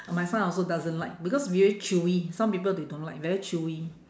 my son also doesn't like because very chewy some people they don't like very chewy